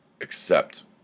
accept